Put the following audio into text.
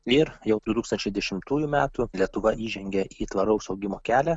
ir jau du tūkstančiai dešimtųjų metų lietuva įžengė į tvaraus augimo kelią